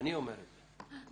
אני אומר את זה.